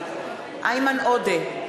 נוכחת איימן עודה,